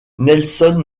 nelson